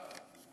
תמשיך.